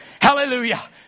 Hallelujah